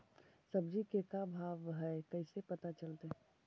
सब्जी के का भाव है कैसे पता चलतै?